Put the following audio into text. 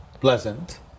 pleasant